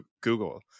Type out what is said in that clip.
Google